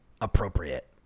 appropriate